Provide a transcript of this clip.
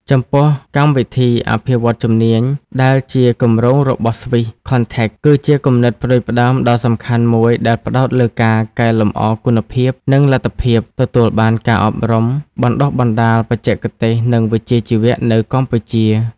ចំពោះ កម្មវិធីអភិវឌ្ឍន៍ជំនាញ ដែលជាគម្រោងរបស់ ស្វីស ខនថេក Swisscontact គឺជាគំនិតផ្តួចផ្តើមដ៏សំខាន់មួយដែលផ្តោតលើការ កែលម្អគុណភាព និងលទ្ធភាពទទួលបានការអប់រំបណ្តុះបណ្តាលបច្ចេកទេស និងវិជ្ជាជីវៈ នៅកម្ពុជា។